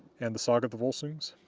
and the saga of the volsungs,